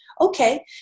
Okay